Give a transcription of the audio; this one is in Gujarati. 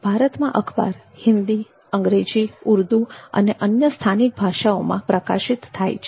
ભારતમાં અખબાર હિન્દી અંગ્રેજી ઉર્દૂ અને અન્ય સ્થાનિક ભાષાઓમાં પ્રકાશિત થાય છે